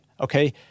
okay